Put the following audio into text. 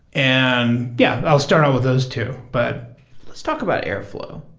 and yeah, i'll start out with those two. but let's talk about airflow.